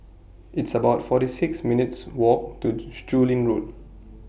It's about forty six minutes' Walk to Chu Lin Road